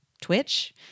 Twitch